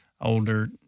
older